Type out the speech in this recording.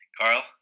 Carl